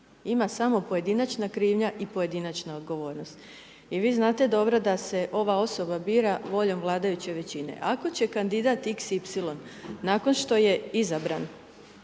Ima samo pojedinačna krivnja, i pojedinačna odgovornost. I vi znate dobro da se ova osoba bira voljom vladajuće većine. Ako će kandidat xy nakon što je izabran,